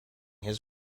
his